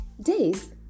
Days